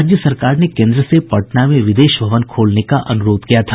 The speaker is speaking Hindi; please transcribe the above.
राज्य सरकार ने केन्द्र से पटना में विदेश भवन खोलने का अनुरोध किया था